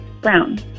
Brown